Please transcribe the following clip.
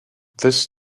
this